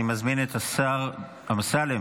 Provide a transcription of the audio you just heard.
אני מזמין את השר אמסלם,